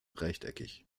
rechteckig